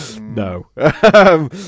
no